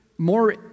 more